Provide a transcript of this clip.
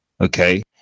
Okay